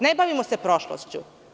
Ne bavimo se prošlošću.